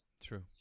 True